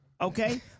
okay